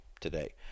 today